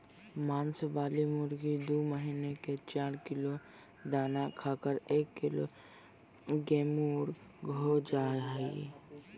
मांस वाली मुर्गी दू महीना में चार किलो दाना खाकर एक किलो केमुर्गीहो जा हइ